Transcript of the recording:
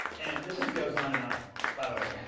and this just goes on and on by the way.